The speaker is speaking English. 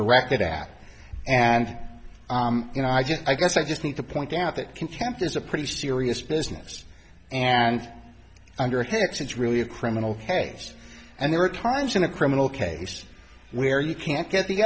directed at and you know i just i guess i just need to point out that contempt is a pretty serious business and under attack so it's really a criminal case and there are times in the criminal case where you can't get the